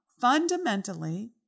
fundamentally